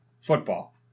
Football